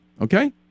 Okay